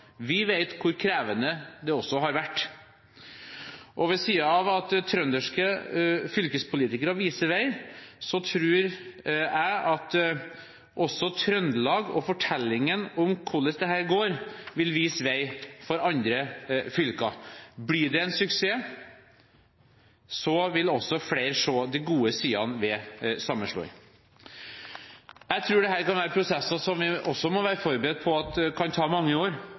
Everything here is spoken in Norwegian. Vi vet hvor krevende det også har vært. Ved siden av at trønderske fylkespolitikere viser vei, tror jeg at også Trøndelag og fortellingen om hvordan dette går, vil vise vei for andre fylker. Blir det en suksess, vil også flere se de gode sidene ved sammenslåing. Jeg tror dette kan være prosesser som vi også må være forberedt på at kan ta mange år.